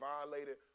violated